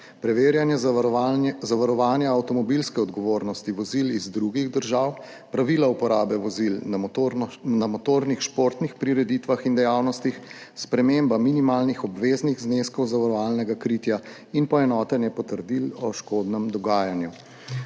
preverjanje zavarovanja avtomobilske odgovornosti vozil iz drugih držav, pravila uporabe vozil na motornih športnih prireditvah in dejavnostih, sprememba minimalnih obveznih zneskov zavarovalnega kritja in poenotenje potrdil o škodnem dogajanju.